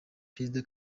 perezida